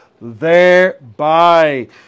thereby